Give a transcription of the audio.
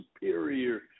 superior